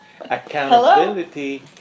Accountability